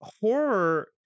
horror